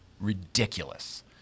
ridiculous